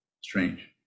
strange